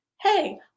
hey